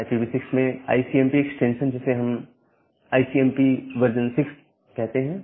IPv6 में ICMP extension जिसे हम आईसीएमपी संस्करण 6 कहते हैं